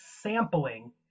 sampling